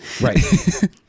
right